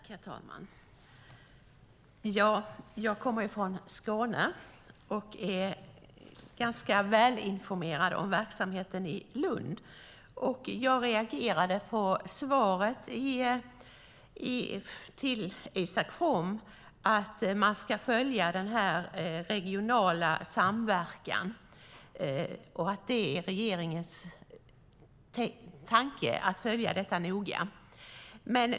Herr talman! Jag kommer från Skåne och är ganska välinformerad om verksamheten i Lund, och jag reagerade på svaret till Isak From, nämligen att man ska följa den regionala samverkan och att regeringens tanke är att följa detta noggrant.